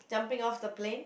jumping off the plane